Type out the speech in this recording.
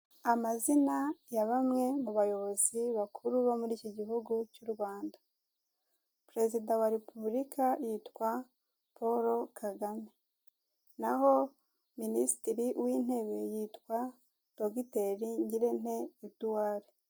Amazina ya bamwe mu bayobozi bakuru bo muri iki gihugu cy'u Rwanda. Perezida wa repubulika yitwa Paul Kagame. Naho minisitiri w'intebe yitwa Dogiteri Ngirente Edward.